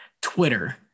Twitter